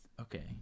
okay